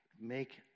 make